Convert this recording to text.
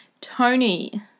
Tony